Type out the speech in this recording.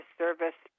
service